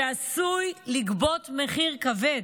שעשוי לגבות מחיר כבד,